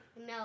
No